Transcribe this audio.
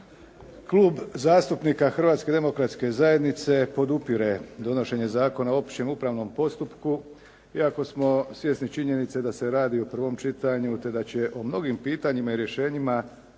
Klub zastupnika Hrvatske demokratske zajednice podupire donošenje Zakona o općem upravnom postupku, iako smo svjesni činjenice da se radi o prvo čitanju te da će o mnogim pitanjima i rješenjima